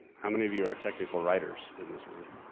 how many of you are technical writers. in this room?